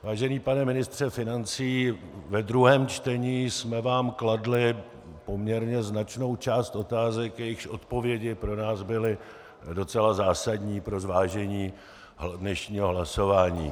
Vážený pane ministře financí, v druhém čtení jsme vám kladli poměrně značnou část otázek, jejichž odpovědi pro nás byly docela zásadní pro zvážení dnešního hlasování.